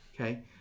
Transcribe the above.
okay